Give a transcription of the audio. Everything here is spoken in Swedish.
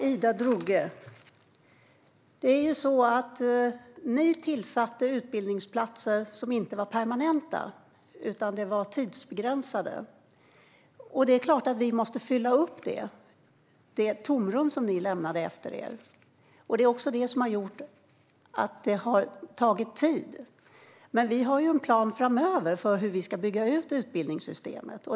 Herr talman! Ni inrättade utbildningsplatser som inte var permanenta utan som var tidsbegränsade. Det är klart att vi måste fylla upp det tomrum som ni lämnade efter er. Det är också det som har gjort att det har tagit tid. Men vi har en plan för hur vi framöver ska bygga ut utbildningssystemet.